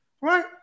Right